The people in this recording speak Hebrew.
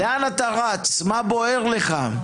לאן אתה רץ, מה בוער לך?